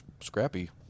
Scrappy